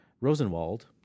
Rosenwald